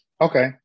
okay